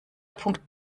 punkt